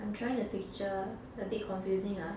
I'm trying to picture a bit confusing ah